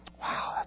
Wow